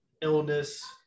illness